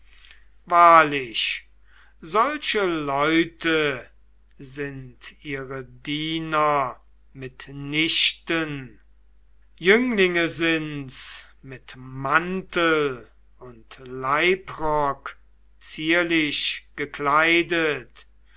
wahrlich solche leute sind ihre diener mitnichten jünglinge sind's mit mantel und leibrock zierlich gekleidet